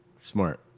Smart